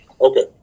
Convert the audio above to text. okay